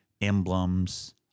emblems